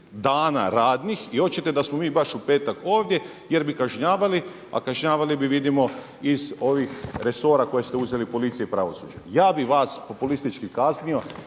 dana radnih i oćete da smo mi baš u petak ovdje jer bi kažnjavali, a kažnjavali bi vidimo iz ovih resora koje ste uzeli policiji i pravosuđu. Ja bi vas populistički kaznio